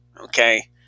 Okay